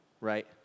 right